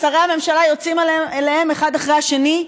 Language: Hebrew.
ושרי הממשלה יוצאים אליהם אחד אחרי השני,